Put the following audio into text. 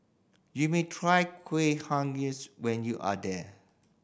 you may try Kueh Bugis when you are there